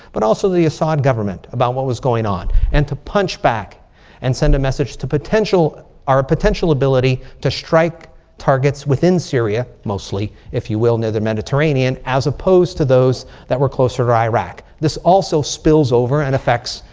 but also the assad government about what was going on. and to punch back and send a message to potential our potential ability to strike targets within syria mostly, if you will, near the mediterranean. as opposed to those that were closer to iraq. this also spills over and affects,